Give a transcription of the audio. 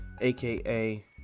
aka